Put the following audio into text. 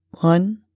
One